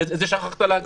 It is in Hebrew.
את זה שכחת להגיד.